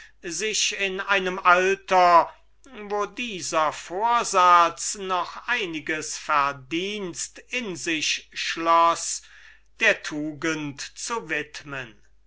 sich in einem alter wo dieser vorsatz noch ein verdienst in sich schloß der tugend zu widmen